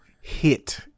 hit